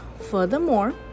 furthermore